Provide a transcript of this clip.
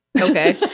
Okay